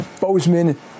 Bozeman